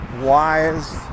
wise